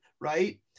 right